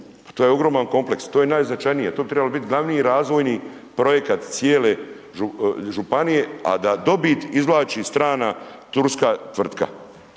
To je ogroman kompleks, to je najznačajnije, to bi trebalo biti glavni razvojni projekat cijele županije a da dobit izvlači strana turska tvrtka.